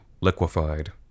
liquefied